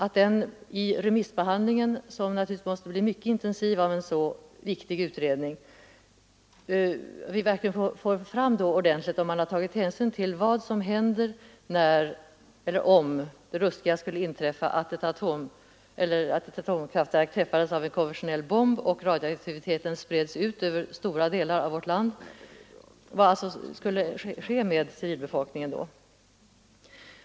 Vid remissbehandlingen, som naturligtvis måste bli mycket intensiv när det gäller en så viktig utredning, är det viktigt att vi får fram, om man verkligen tagit hänsyn till vad som skulle ske med civilbefolkningen om det ruskiga skulle hända att ett atomkraftverk träffas av en konventionell bomb och radioaktiviteten sprids ut över stora delar av vårt land.